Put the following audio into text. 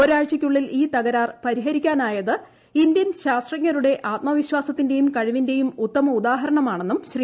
ഒരാഴ്ചയ്ക്കുള്ളിൽ ഈ തകരാർ പരിഹരിക്കാനായത് ഇന്ത്യൻ ശാസ്ത്രജ്ഞരുടെ ആത്മവിശാസത്തിന്റെയും കഴിവിന്റെയും ഉത്തമ ഉദാഹരണമാണെന്നും ശ്രീ